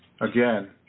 Again